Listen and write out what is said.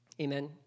Amen